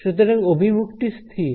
সুতরাং অভিমুখ টি স্থির